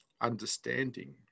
understanding